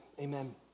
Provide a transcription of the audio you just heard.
Amen